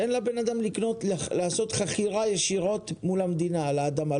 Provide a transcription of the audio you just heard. תן לאדם לעשות חכירה ישירות מול המדינה על האדמה,